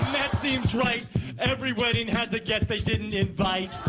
that seems right every wedding has a guest they didn't invite